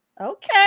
okay